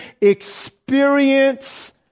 experience